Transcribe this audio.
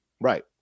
right